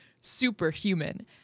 superhuman